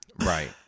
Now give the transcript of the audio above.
Right